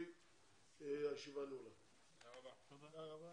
תודה רבה.